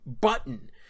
button